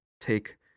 take